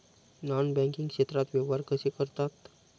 Non banking क्षेत्रात व्यवहार कसे करतात?